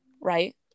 right